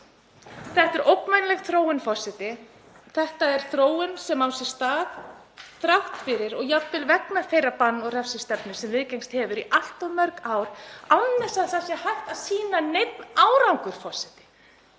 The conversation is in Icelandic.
Þetta er ógnvænleg þróun, forseti. Þetta er þróun sem á sér stað þrátt fyrir og jafnvel vegna þeirrar bann- og refsistefnu sem viðgengist hefur í allt of mörg ár án þess að það sé hægt að sýna neinn árangur, forseti.